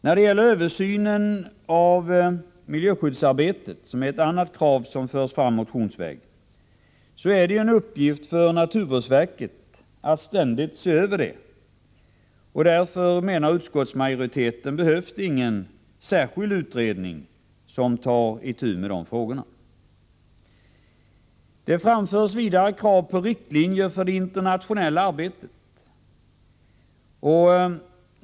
När det gäller en översyn av miljöskyddsarbetet — det är också ett krav som förts fram motionsvägen — så är det ju en uppgift för naturvårdsverket att ständigt se över denna verksamhet. Därför menar utskottsmajoriteten att det inte behövs någon särskild utredning som tar itu med dessa frågor. Det framförs också krav på riktlinjer för det internationella arbetet.